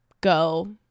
go